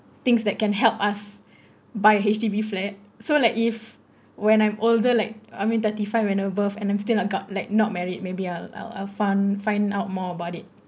things that can help us buy H_D_B flat so like if when I'm older like I mean thirty five and above and I'm still not got like not married maybe I'll I'll I'll find find out more about it